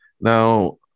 now